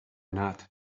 not